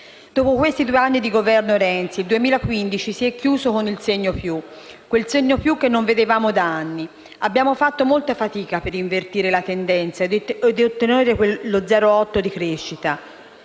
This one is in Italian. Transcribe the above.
Dopo questi due anni di Governo Renzi, il 2015 si è chiuso con il segno positivo, che non vedevamo da anni. Abbiamo fatto molta fatica per invertire la tendenza ed ottenere lo 0,8 per cento